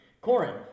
Corin